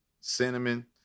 cinnamon